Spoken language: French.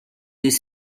des